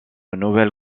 nouvelle